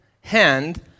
hand